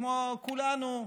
כמו כולנו,